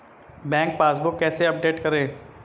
Bank passbook कैसे update करें?